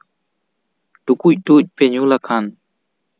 ᱴᱩᱠᱩᱡ ᱴᱩᱠᱩᱡ ᱯᱮ ᱧᱩ ᱞᱮᱠᱷᱟᱱ